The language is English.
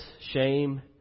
shame